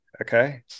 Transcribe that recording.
Okay